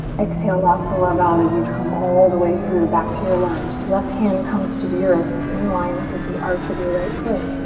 exhale lots of love out as you come all the way through back to your lunge. left hand comes to the earth in line with the arch of your right foot.